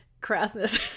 crassness